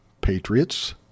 patriots